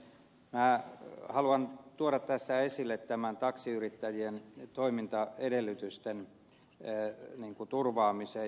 minä haluan tuoda tässä esille tämän taksiyrittäjien toimintaedellytysten turvaamisen